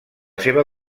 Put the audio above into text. seva